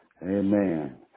Amen